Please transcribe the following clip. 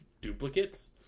duplicates